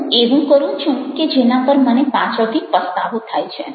હું એવું કરું છું કે જેના પર મને પાછળથી પસ્તાવો થાય છે